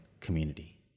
community